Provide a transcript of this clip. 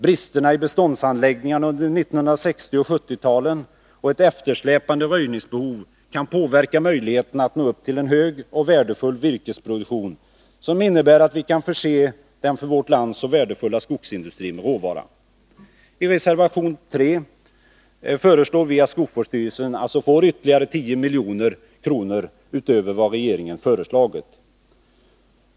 Bristerna i beståndsanläggningarna under 1960 och 1970-talen och ett eftersläpande röjningsbehov kan påverka möjligheterna att nå upp till en hög och värdefull virkesproduktion, som innebär att vi kan förse den för vårt land så värdefulla skogsindustrin med råvara. I reservation 3 föreslår vi att skogsvårdsstyrelsen får ytterligare 10 milj.kr. utöver vad regeringen föreslagit.